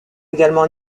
également